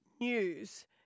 news